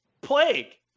Plague